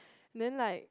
then like